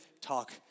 talk